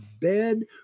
bed